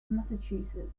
massachusetts